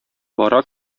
бара